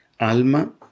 ALMA